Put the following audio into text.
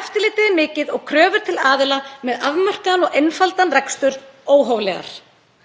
Eftirlitið er mikið og kröfur til aðila með afmarkaðan og einfaldan rekstur óhóflegar.